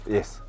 Yes